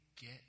get